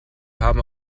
haben